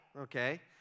okay